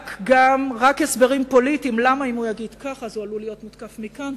רק הסברים פוליטיים למה אם הוא יגיד ככה הוא עלול להיות מותקף מכאן,